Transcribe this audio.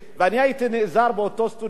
ואני הייתי נעזר באותו סטודנט,